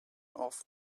off